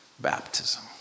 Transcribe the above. baptism